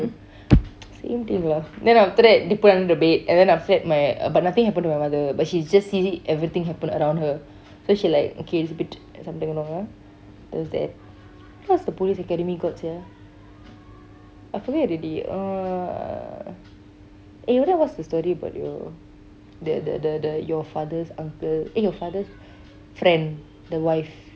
same thing lah then after that they put under the bed and then after my uh but nothing happened to my mother but she just see everything happen around her so she like okay it's a a bit something wrong ah there's that so what else the police academy got sia I forget already uh eh then what's the story about your the the the the your father's uncle eh your father's friend the wife